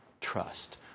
trust